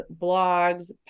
blogs